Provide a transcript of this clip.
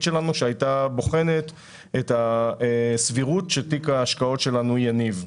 שלנו שהייתה בוחנת את הסבירות שתיק ההשקעות שלנו יניב.